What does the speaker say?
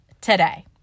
today